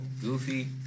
Goofy